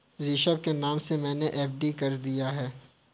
ऋषभ के नाम से मैने एफ.डी कर दिया है